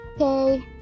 Okay